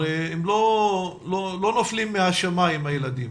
הרי הם לא נופלים מהשמיים, הילדים.